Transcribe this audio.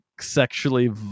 sexually